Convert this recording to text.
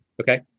okay